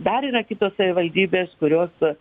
dar yra kitos savivaldybės kurios